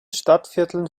stadtvierteln